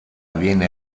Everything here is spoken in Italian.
viene